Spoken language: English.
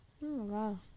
wow